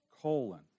colon